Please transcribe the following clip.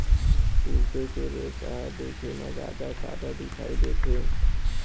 तुरते के रेसा ह देखे म जादा सादा दिखई देथे